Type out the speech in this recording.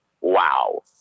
Wow